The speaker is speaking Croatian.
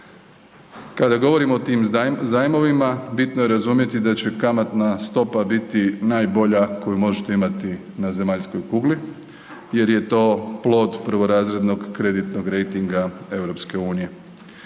Kada govorimo o tim zajmovima bitno je razumjeti da će kamatna stopa biti najbolja koju možete imati na zemaljskoj kugli jer je to plod prvorazrednog kreditnog rejtinga EU-a